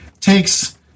takes